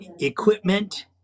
equipment